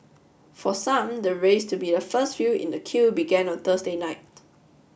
for some the race to be the first few in the queue began on Thursday night